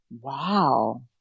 Wow